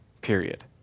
Period